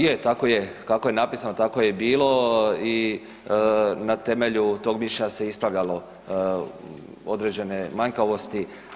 Je, tako je kako je napisano tako je i bilo i na temelju tog mišljenja se ispravljalo određene manjkavosti.